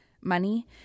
money